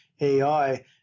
AI